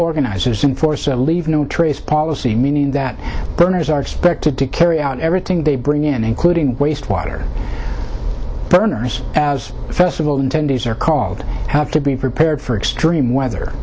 organizers and force a leave no trace policy meaning that the owners are expected to carry out everything they bring in including waste water burners as first of all in ten days are called have to be prepared for extreme weather